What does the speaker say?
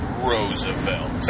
Roosevelt